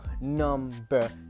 number